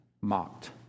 mocked